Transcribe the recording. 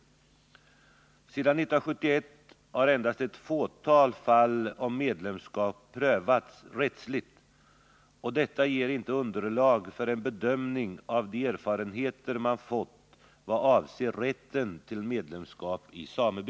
Sedan 1971 har endast ett fåtal fall om medlemskap prövats rättsligt, och detta ger inte underlag för en bedömning av de erfarenheter man fått vad avser rätten till medlemskap i sameby.